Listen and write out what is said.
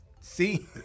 see